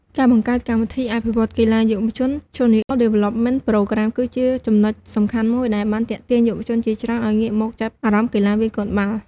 ការបង្កើត កម្មវិធីអភិវឌ្ឍន៍កីឡាយុវជន Junior Development Program គឺជាចំណុចសំខាន់មួយដែលបានទាក់ទាញយុវជនជាច្រើនឱ្យងាកមកចាប់អារម្មណ៍កីឡាវាយកូនបាល់។